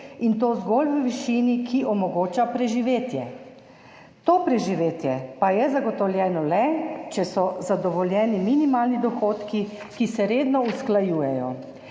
in to zgolj v višini, ki omogoča preživetje. To preživetje pa je zagotovljeno le, če so zadovoljeni minimalni dohodki, ki se redno usklajujejo.